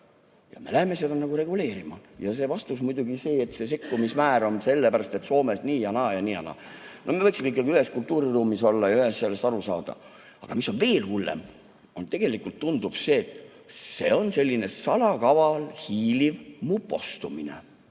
ja me läheme seda reguleerima. Vastus on muidugi see, et see sekkumismäär on sellepärast, et Soomes on nii ja naa, ja me võiksime ühes kultuuriruumis olla ja sellest üheselt aru saada. Aga mis on veel hullem? Tegelikult tundub, et see on selline salakaval, hiiliv mupostumine.